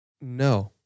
No